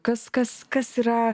kas kas kas yra